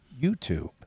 YouTube